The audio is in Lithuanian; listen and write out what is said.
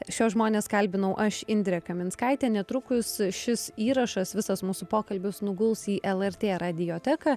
šiuos žmones kalbinau aš indrė kaminskaitė netrukus šis įrašas visas mūsų pokalbis nuguls į lrt radioteką